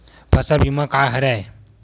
फसल बीमा का हरय?